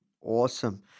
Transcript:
Awesome